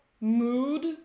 mood